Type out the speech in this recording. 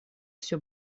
все